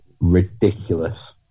ridiculous